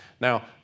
Now